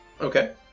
Okay